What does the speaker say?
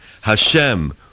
Hashem